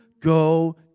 go